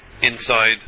inside